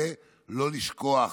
ולא לשכוח